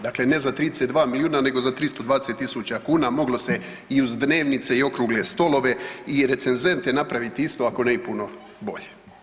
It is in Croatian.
Dakle, ne za 32 milijuna nego za 320 tisuća kuna moglo se i uz dnevnice i okrugle stolove i recenzente napraviti isto ako ne i puno bolje.